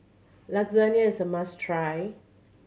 lasagne is a must try